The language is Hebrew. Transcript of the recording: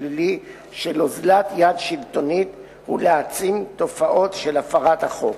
שלילי של אוזלת-יד שלטונית ולהעצים תופעות של הפרת החוק.